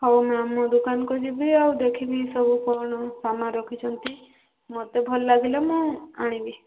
ହଉ ମ୍ୟାମ୍ ମୁଁ ଦୋକାନକୁ ଯିବି ଆଉ ଦେଖିବି ସବୁ କ'ଣ ସମାନ୍ ରଖିଛନ୍ତି ମୋତେ ଭଲ ଲାଗିଲେ ମୁଁ ଆଣିବି